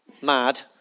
mad